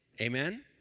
amen